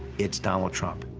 it's donald trump.